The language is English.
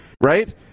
Right